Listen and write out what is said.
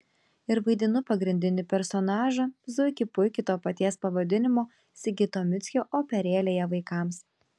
ir vaidinu pagrindinį personažą zuikį puikį to paties pavadinimo sigito mickio operėlėje vaikams